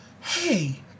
hey